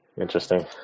Interesting